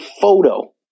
photo